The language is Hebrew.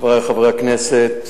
חברי חברי הכנסת,